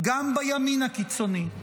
גם בימין הקיצוני,